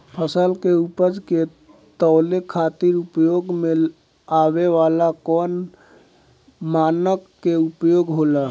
फसल के उपज के तौले खातिर उपयोग में आवे वाला कौन मानक के उपयोग होला?